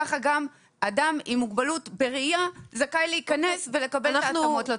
כך גם אדם עם מוגבלות בראייה זכאי להיכנס ולקבל את ההתאמות.